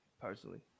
personally